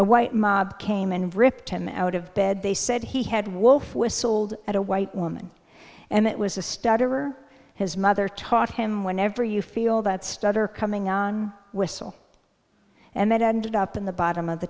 a white mob came and ripped him out of bed they said he had wolf whistled at a white woman and it was a starter his mother taught him whenever you feel that stutter coming on whistle and that ended up in the bottom of the